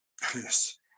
Yes